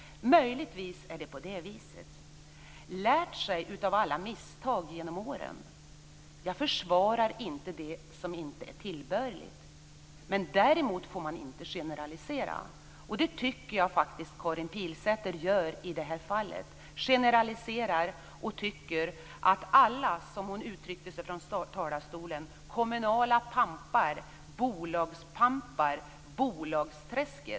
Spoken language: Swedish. Möjligtvis är det på det viset. Sedan talar Karin Pilsäter om att lära sig av alla misstag genom åren. Jag försvarar inte det som inte är tillbörligt. Däremot får man inte generalisera, och det tycker jag faktiskt att Karin Pilsäter gör i det här fallet. Hon generaliserar och talade från talarstolen om alla kommunala pampar, bolagspampar och bolagsträsket.